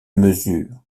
mesure